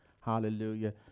Hallelujah